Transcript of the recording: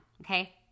Okay